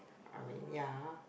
I mean ya